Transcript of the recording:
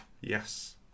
Yes